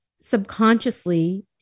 subconsciously